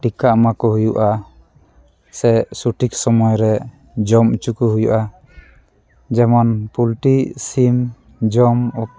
ᱴᱤᱠᱟ ᱮᱢᱟ ᱠᱚ ᱦᱩᱭᱩᱜᱼᱟ ᱥᱮ ᱥᱚᱴᱷᱤᱠ ᱥᱚᱢᱚᱭ ᱨᱮ ᱡᱚᱢ ᱚᱪᱚ ᱠᱚ ᱦᱩᱭᱩᱜᱼᱟ ᱡᱮᱢᱚᱱ ᱯᱚᱞᱴᱨᱤ ᱥᱤᱢ ᱡᱚᱢ